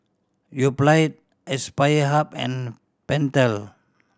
Yoplait Aspire Hub and Pentel